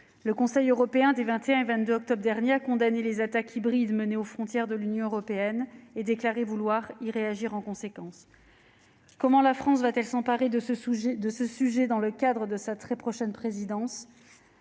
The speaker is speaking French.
de sa réunion des 21 et 22 octobre derniers, a condamné les attaques hybrides menées aux frontières de l'Union européenne et a déclaré vouloir y réagir en conséquence. Comment la France s'emparera-t-elle de ce sujet lors de sa prochaine présidence ?